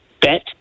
bet